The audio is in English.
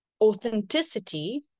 authenticity